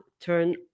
turn